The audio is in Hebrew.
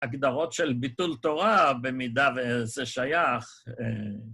הגדרות של ביטול תורה, במידה וזה שייך אה.. ,